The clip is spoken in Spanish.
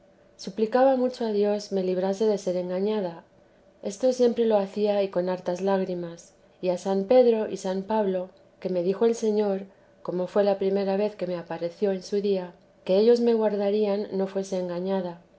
suplicaba mucho a dios me librase de ser engañada esto siempre lo hacía y con hartas lágrimas y a san pedro y san pablo que me dijo el señor como fué la primera vez que apareció en su día que ellos me guardarían no fuese engañada